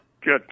Good